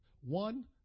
One